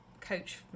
Coach